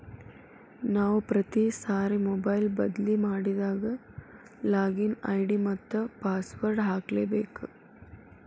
ನಾವು ಪ್ರತಿ ಸಾರಿ ಮೊಬೈಲ್ ಬದ್ಲಿ ಮಾಡಿದಾಗ ಲಾಗಿನ್ ಐ.ಡಿ ಮತ್ತ ಪಾಸ್ವರ್ಡ್ ಹಾಕ್ಲಿಕ್ಕೇಬೇಕು